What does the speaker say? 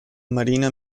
marina